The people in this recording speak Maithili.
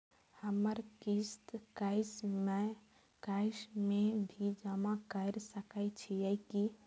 हमर किस्त कैश में भी जमा कैर सकै छीयै की?